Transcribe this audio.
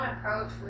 approach